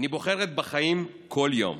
אני בוחרת בחיים כל יום.